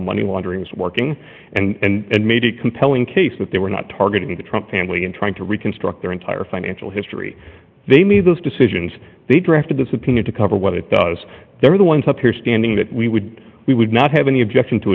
money laundering is working and made a compelling case that they were not targeting the trump family and trying to reconstruct their entire financial history they made those decisions they drafted the subpoena to cover what it does they're the ones up here standing that we would we would not have any objection to